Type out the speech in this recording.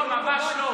לא, ממש לא.